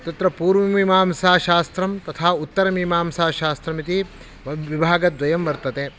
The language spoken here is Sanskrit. तत्र पूर्वमीमांसाशास्त्रं तथा उत्तरमीमांसाशास्त्रम् इति विभागद्वयं वर्तते